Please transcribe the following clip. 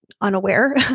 unaware